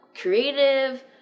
creative